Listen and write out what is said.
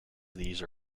these